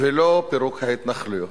ולא פירוק ההתנחלויות.